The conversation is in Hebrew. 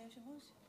היושב-ראש?